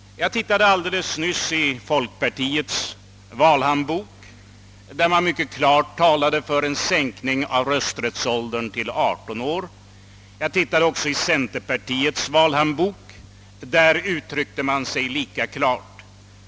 Jag tittade alldeles nyss i folkpartiets valhandbok, där man mycket klart talade för en sänkning av rösträttsåldern till 18 år. Jag tittade också i centerpartiets valhandbok och fann att man där uttryckte sig lika klart.